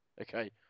Okay